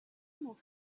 مخمرها